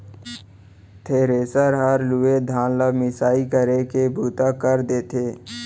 thresher हर लूए धान ल मिसाई करे के बूता कर देथे